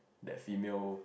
that female